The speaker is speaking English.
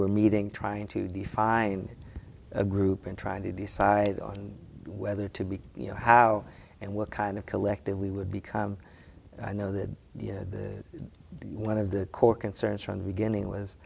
were meeting trying to define a group and trying to decide on whether to be you know how and what kind of collective we would become i know that you had that one of the core concerns from the beginning was